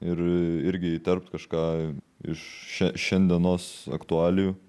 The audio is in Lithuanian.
ir irgi įterpt kažką iš šia šiandienos aktualijų